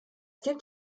gibt